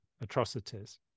atrocities